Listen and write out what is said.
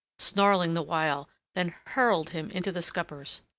snarling the while, then hurled him into the scuppers.